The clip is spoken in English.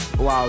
Wow